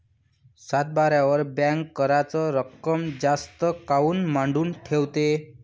सातबाऱ्यावर बँक कराच रक्कम जास्त काऊन मांडून ठेवते?